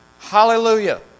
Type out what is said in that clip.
Hallelujah